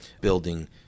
building